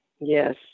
Yes